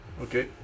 Okay